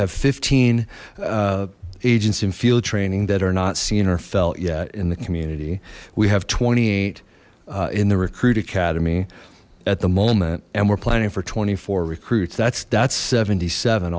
have fifteen agents and field training that are not seen or felt yet in the community we have twenty eight in the recruit academy at the moment and we're planning for twenty four recruits that's that's seventy seven